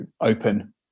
open